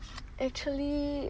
actually